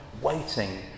waiting